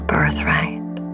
birthright